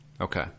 Okay